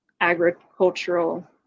agricultural